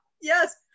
yes